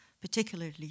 particularly